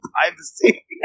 privacy